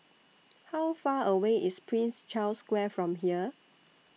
How Far away IS Prince Charles Square from here